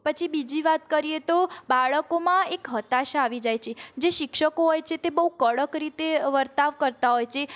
પછી બીજી વાત કરીએ તો બાળકોમાં એક હતાશા આવી જાય છે જે શિક્ષકો હોય છે તે બહુ કડક રીતે વર્તાવ કરતાં હોય છે